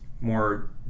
more